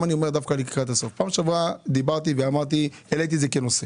בפעם שעברה העליתי את זה כנושא.